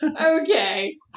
Okay